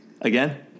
Again